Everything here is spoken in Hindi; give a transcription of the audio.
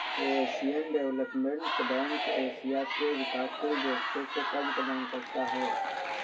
एशियन डेवलपमेंट बैंक एशिया के विकासशील देशों को कर्ज प्रदान करता है